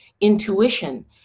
intuition